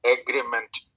agreement